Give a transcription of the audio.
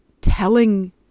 telling